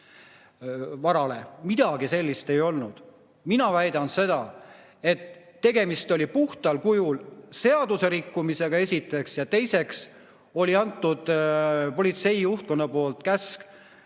varale. Midagi sellist ei olnud. Mina väidan seda, et tegemist oli puhtal kujul seaduse rikkumisega. Seda esiteks. Ja teiseks oli politsei juhtkonna poolt antud